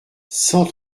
cent